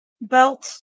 belt